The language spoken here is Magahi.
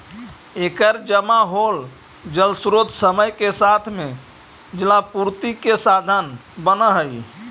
एकर जमा होल जलस्रोत समय के साथ में जलापूर्ति के साधन बनऽ हई